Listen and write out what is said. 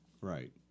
Right